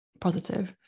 positive